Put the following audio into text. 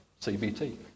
CBT